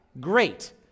Great